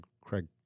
Craig